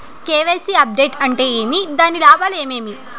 KYC update అంటే ఏమి? దాని లాభాలు ఏమేమి?